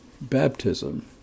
baptism